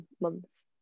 months